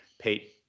Pete